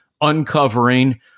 uncovering